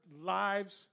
lives